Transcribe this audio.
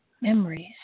memories